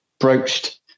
broached